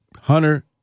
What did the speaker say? Hunter